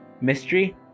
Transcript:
mystery